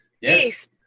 Yes